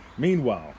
Meanwhile